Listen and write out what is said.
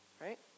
right